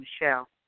Michelle